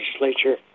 legislature